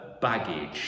baggage